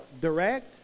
direct